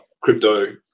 crypto